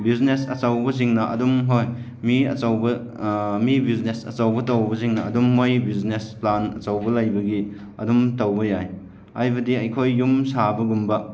business ꯑꯆꯧꯕ ꯁꯤꯡꯅ ꯑꯗꯨꯝ ꯍꯣꯏ ꯃꯤ ꯑꯆꯧꯕ ꯃꯤ ꯕꯤꯎꯖꯤꯅꯦꯁ ꯑꯆꯣꯕ ꯇꯧꯕꯁꯤꯡꯅ ꯑꯗꯨꯝ ꯃꯣꯏꯒꯤ ꯕꯤꯎꯖꯤꯅꯦꯁ ꯄ꯭ꯂꯥꯟ ꯑꯆꯧꯕ ꯂꯩꯕꯒꯤ ꯑꯗꯨꯝ ꯇꯧꯕ ꯌꯥꯏ ꯍꯥꯏꯕꯗꯤ ꯑꯩꯈꯣꯏ ꯌꯨꯝ ꯁꯥꯕꯒꯨꯝꯕ